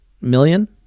million